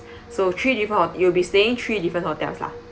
so three different ho~ you'll be staying three different hotels lah